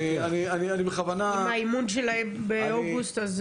אם האימון שלהם באוגוסט,